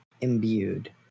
imbued